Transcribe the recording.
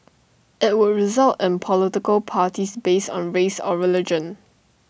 IT would result in political parties based on race or religion